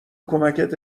کمکت